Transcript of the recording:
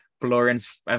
Florence